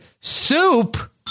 soup